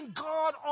God